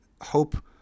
hope